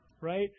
right